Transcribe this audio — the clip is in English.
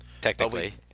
Technically